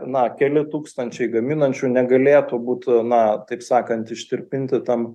na keli tūkstančiai gaminančių negalėtų būt na taip sakant ištirpinti tam